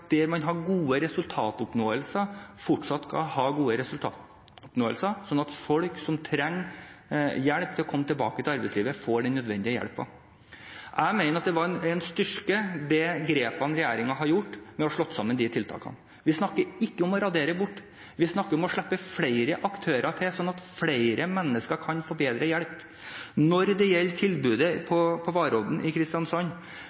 der man har gode resultatoppnåelser, skal man fortsatt ha gode resultatoppnåelser, slik at folk som trenger hjelp til å komme tilbake til arbeidslivet, får den nødvendige hjelpen? Jeg mener at grepene regjeringen har gjort ved å slå sammen disse tiltakene, er en styrke. Vi snakker ikke om å radere bort, vi snakker om å slippe flere aktører til, slik at flere mennesker kan få bedre hjelp. Når det gjelder tilbudet på Varodd i Kristiansand,